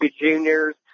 juniors